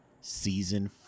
Season